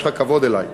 יש לך כבוד אלי,